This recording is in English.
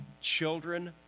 children